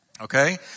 Okay